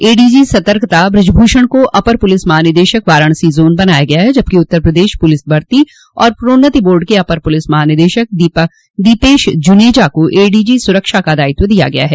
ADG सतर्कता ब्रजभूषण को अपर पुलिस महानिदेशक वाराणसी जोन बनाया गया है जबकि उत्तर प्रदेश पुलिस भर्ती और प्रोन्नति बोर्ड के अपर पुलिस महानिदेशक दीपेश जुनेजा को एडीजी सुरक्षा का दायित्व दिया गया है